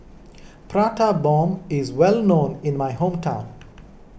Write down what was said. Prata Bomb is well known in my hometown